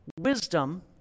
wisdom